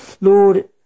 Lord